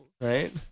Right